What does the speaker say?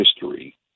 history